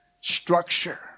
structure